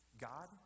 God